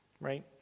Right